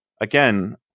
again